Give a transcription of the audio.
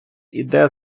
іде